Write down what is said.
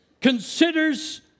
considers